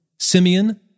Simeon